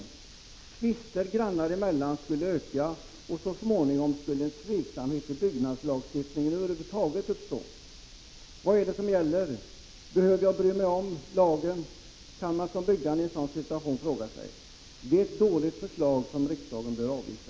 Antalet tvister grannar emellan skulle öka, och så småningom skulle tveksamhet i fråga om byggnadslagstiftningen över huvud taget uppstå. Vad är det som gäller? Behöver jag bry mig om lagen? kan man såsom byggande i en sådan situation fråga sig. Det här är ett dåligt förslag som riksdagen bör avvisa.